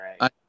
right